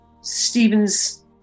Stephen's